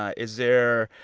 ah is there